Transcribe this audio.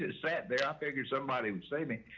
sat there. i figured somebody who saved me.